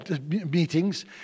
meetings